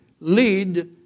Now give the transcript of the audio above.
lead